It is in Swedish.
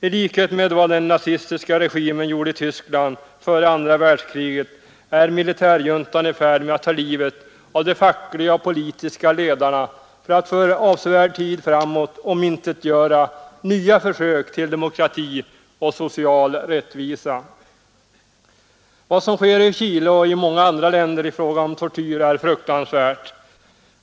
I likhet med vad den nazistiska regimen gjorde i Tyskland före andra världskriget är militärjuntan i färd med att ta livet av de fackliga och politiska ledarna för att för avsevärd tid framåt omintetgöra nya försök till demokrati och social rättvisa. Vad som sker i Chile och i många andra länder i fråga om tortyr är fruktansvärt.